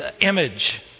image